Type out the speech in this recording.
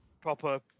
proper